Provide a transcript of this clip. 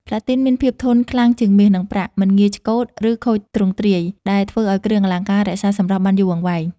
ផ្លាទីនមានភាពធន់ខ្លាំងជាងមាស និងប្រាក់ មិនងាយឆ្កូត ឬខូចទ្រង់ទ្រាយ ដែលធ្វើឱ្យគ្រឿងអលង្ការរក្សាសម្រស់បានយូរអង្វែង។